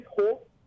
hope